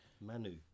Manu